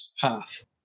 path